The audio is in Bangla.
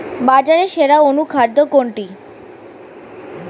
বাজারে সেরা অনুখাদ্য কোনটি?